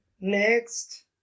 next